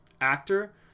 actor